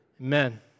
Amen